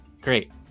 great